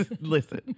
listen